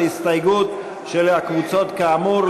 עליזה לביא ומיקי לוי,